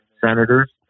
senators